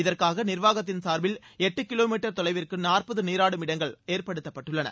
இதற்காக நிர்வாகத்தின் சார்பில் எட்டு கிலோ மீட்டர் தொலைவிற்கு நாற்பது நீராடும் இடங்கள் ஏற்படுத்தப்பட்டுள்ளன